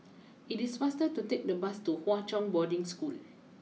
it is faster to take the bus to Hwa Chong Boarding School